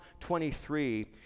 23